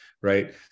right